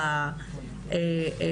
בהוראות,